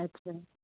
अच्छा